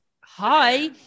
Hi